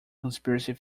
conspiracy